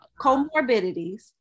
comorbidities